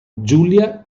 julia